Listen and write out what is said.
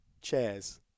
chairs